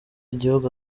igihugu